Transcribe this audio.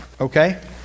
Okay